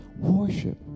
Worship